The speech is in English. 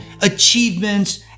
achievements